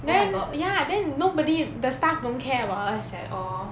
then ya then nobody the staff don't care about us sia